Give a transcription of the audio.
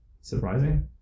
surprising